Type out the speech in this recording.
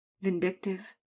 vindictive